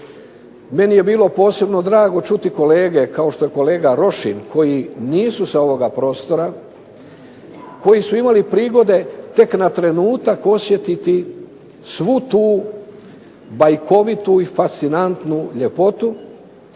Meni je bilo posebno drago čuti kolege, kao što je kolege Rošin, koji nisu sa ovoga prostora, koji su imali prigode tek na trenutak osjetiti svu tu bajkovitu i fascinantnu ljepotu,